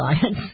science